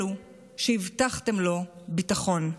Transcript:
אלו שהבטחתם להם ביטחון.